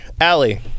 Allie